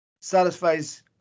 satisfies